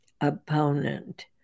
opponent